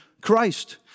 Christ